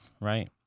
right